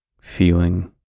feeling